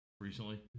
recently